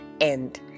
end